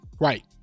right